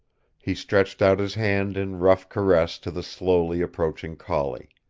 he stretched out his hand in rough caress to the slowly approaching collie.